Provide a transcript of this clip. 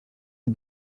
die